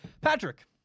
Patrick